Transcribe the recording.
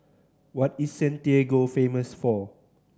what is Santiago famous for